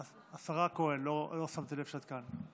אה, השרה כהן, לא שמתי לב שאת כאן.